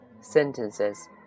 sentences